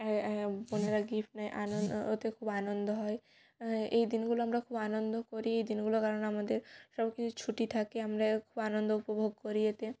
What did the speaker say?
বোনেরা গিফ্ট নেয় আনন ওতে খুব আনন্দ হয় এই দিনগুলো আমরা খুব আনন্দ করি এই দিনগুলো কারণ আমাদের সব কিছু ছুটি থাকে আমরা খুব আনন্দ উপভোগ করি এতে